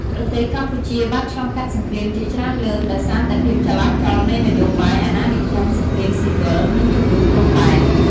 ប្រទេសកម្ពុជា បានឆ្លងកាត់សង្រ្គាមជាច្រើនលើក ដោយសារតែភាពចលាចលនៃនយោបាយ អាណានិគម សង្រ្គាមស៊ីវិល និងជម្លោះព្រំដែន។